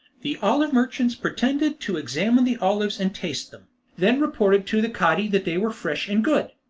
the olive merchants pretended to examine the olives and taste them then reported to the cadi that they were fresh and good.